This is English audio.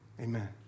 Amen